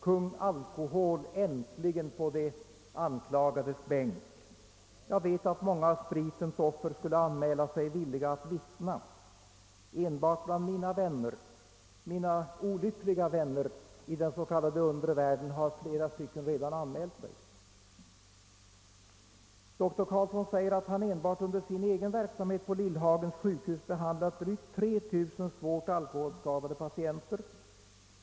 Kung Alkohol äntligen på de anklagades bänk! Jag vet att många av spritens offer skulle anmäla sig villiga att vittna. Enbart bland mina olyckliga vänner i den s.k. undre världen finns det några som redan har anmält sig. Doktor Carlsson uppger att han enbart under sin egen verksamhet på Lillhagens sjukhus behandlat drygt 3 000 svårt alkoholskadade patienter.